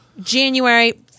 January